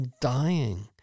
dying